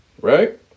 Right